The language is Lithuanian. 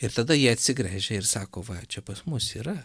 ir tada jie atsigręžia ir sako va čia pas mus yra